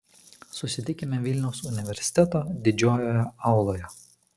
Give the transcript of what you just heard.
susitikime vilniaus universiteto didžiojoje auloje